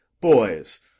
Boys